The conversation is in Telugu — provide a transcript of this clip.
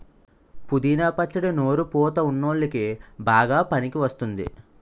పుదీనా పచ్చడి నోరు పుతా వున్ల్లోకి బాగా పనికివస్తుంది